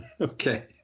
Okay